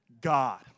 God